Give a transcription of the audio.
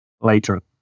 later